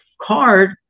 card